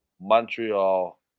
Montreal